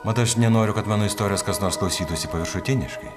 mat aš nenoriu kad mano istorijos kas nors klausytųsi paviršutiniškai